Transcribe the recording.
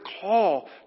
call